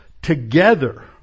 Together